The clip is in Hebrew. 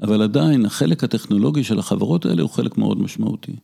אבל עדיין החלק הטכנולוגי של החברות האלה הוא חלק מאוד משמעותי.